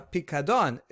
Picadon